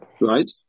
Right